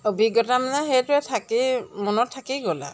অভিজ্ঞতা মানে সেইটোৱে থাকি মনত থাকি গ'ল আৰু